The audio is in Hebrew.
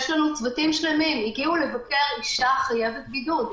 יש לנו צוותים שלמים שהגיעו לבקר אישה חייבת בידוד,